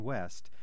West